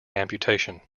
amputation